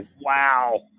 wow